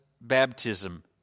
baptism